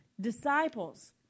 Disciples